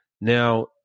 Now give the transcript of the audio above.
Now